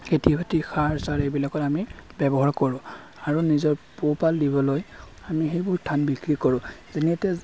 খেতি বাতি সাৰ চাৰ এইবিলাকত আমি ব্যৱহাৰ কৰোঁ আৰু নিজৰ পোহপাল দিবলৈ আমি সেইবোৰ ধান বিক্ৰী কৰোঁ যেনে এতিয়া